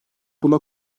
buna